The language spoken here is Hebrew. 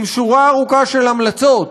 עם שורה ארוכה של המלצות